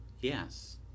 Yes